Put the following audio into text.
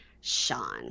Sean